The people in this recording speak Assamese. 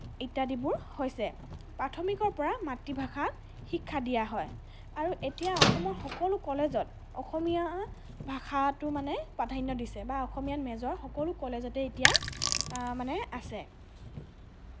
ইত্যাদিবোৰ হৈছে প্ৰাথমিকৰ পৰা মাতৃভাষাৰ শিক্ষা দিয়া হয় আৰু এতিয়া অসমৰ সকলো কলেজত অসমীয়া ভাষাটো মানে প্ৰাধান্য দিছে বা অসমীয়াত মেজৰ সকলো কলেজতে এতিয়া মানে আছে